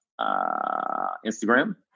instagram